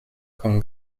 con